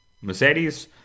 Mercedes